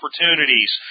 opportunities